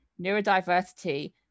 neurodiversity